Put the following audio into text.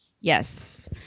yes